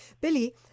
Billy